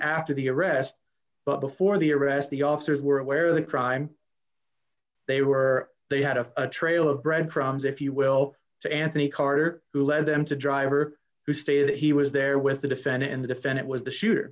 after the arrest but before the arrest the officers were aware the crime they were they had a trail of bread crumbs if you will to anthony carter who led them to driver who stated that he was there with the defendant and the defendant was the shooter